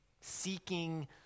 Seeking